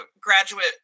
graduate